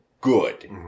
good